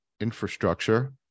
infrastructure